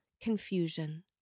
confusion